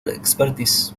expertise